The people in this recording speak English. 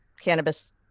cannabis